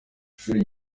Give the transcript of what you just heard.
ishuri